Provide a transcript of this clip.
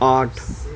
آٹھ